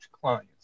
clients